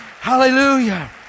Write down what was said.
Hallelujah